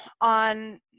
on